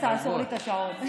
אז תעצור לי את השעון.